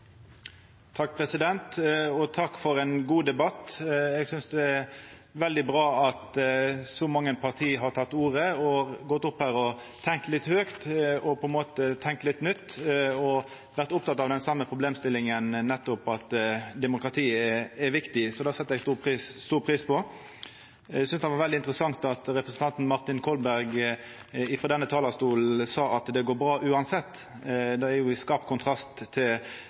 Takk for ein god debatt. Eg synest det er veldig bra at så mange parti har teke ordet og gått opp hit og tenkt litt høgt, og på ein måte tenkt litt nytt, og vore opptekne av den same problemstillinga, nettopp at demokratiet er viktig. Så det set eg stor pris på. Eg synest det var veldig interessant at representanten Martin Kolberg frå denne talarstolen sa at det går bra uansett. Det står i skarp kontrast til